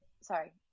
sorry